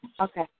Okay